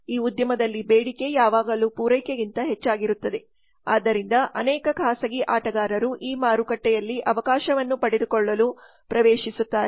ಈ ಉದ್ಯಮದಲ್ಲಿ ಬೇಡಿಕೆ ಯಾವಾಗಲೂ ಪೂರೈಕೆಗಿಂತ ಹೆಚ್ಚಾಗಿರುತ್ತದೆ ಆದ್ದರಿಂದ ಅನೇಕ ಖಾಸಗಿ ಆಟಗಾರರು ಈ ಮಾರುಕಟ್ಟೆಯಲ್ಲಿ ಅವಕಾಶವನ್ನು ಪಡೆದುಕೊಳ್ಳಲು ಪ್ರವೇಶಿಸುತ್ತಾರೆ